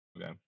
Okay